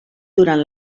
durant